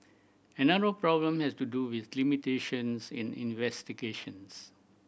another problem has to do with limitations in investigations